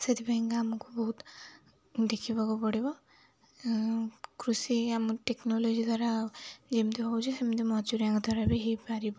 ସେଥିପାଇଁକା ଆମକୁ ବହୁତ ଦେଖିବାକୁ ପଡ଼ିବ କୃଷି ଆମ ଟେକ୍ନୋଲୋଜି ଦ୍ୱାରା ଯେମିତି ହେଉଛି ସେମିତି ମଜୁରିଆଙ୍କ ଦ୍ୱାରା ବି ହେଇପାରିବ